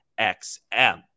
XM